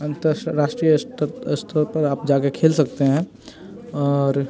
अंतरराष्ट्रीय स्त स्तर पर आप जा कर खेल सकते हैं और